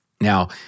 Now